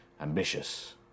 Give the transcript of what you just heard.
ambitious